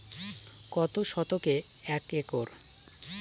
কত শতকে এক একর?